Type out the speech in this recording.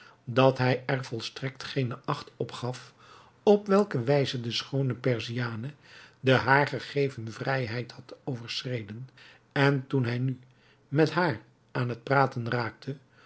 dat hij er volstrekt geene acht op gaf op welke wijze de schoone perziane de haar gegeven vrijheid had overschreden en toen hij nu met haar aan het praten raakte